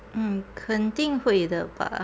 mm 肯定会的吧